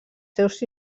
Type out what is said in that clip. seus